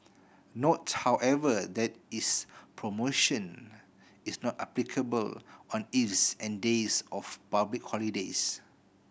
note however that is promotion is not applicable on eves and days of public holidays